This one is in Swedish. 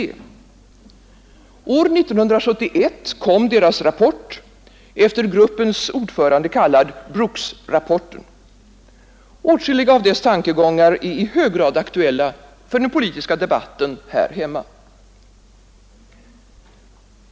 År 1971 kom deras rapport, efter gruppens ordförande kallad Brooksrapporten. Åtskilliga av dess tankegångar är i hög grad aktuella för den politiska debatten här hemma.